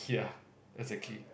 ya exactly